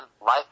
life